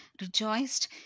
rejoiced